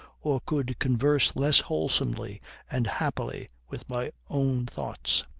or could converse less wholesomely and happily with my own thoughts.